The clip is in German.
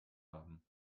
haben